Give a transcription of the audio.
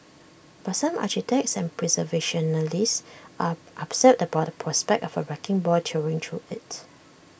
but some architects and preservationists are upset about the prospect of A wrecking ball tearing through IT